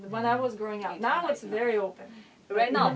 when i was growing up now it's very open right now